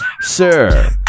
Sir